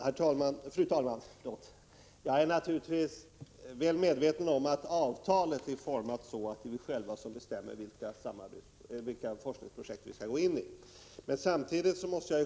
Fru talman! Jag är naturligtvis väl medveten om att avtalet är utformat så att det är vi själva som bestämmer vilka forskningsprojekt vi skall delta i.